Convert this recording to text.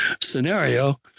scenario